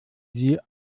sie